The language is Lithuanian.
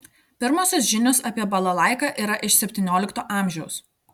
pirmosios žinios apie balalaiką yra iš septyniolikto amžiaus